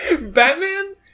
Batman